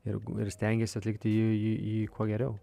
ir ir stengiesi atlikti jį jį jį kuo geriau